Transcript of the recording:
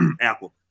Apple